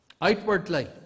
outwardly